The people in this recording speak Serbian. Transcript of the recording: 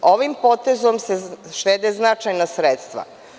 Ovim potezom se štede značajna sredstva.